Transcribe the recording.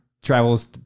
Travels